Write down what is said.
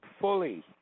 fully